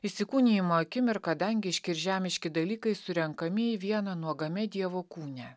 įsikūnijimo akimirką dangiški ir žemiški dalykai surenkami į vieną nuogame dievo kūne